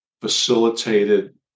facilitated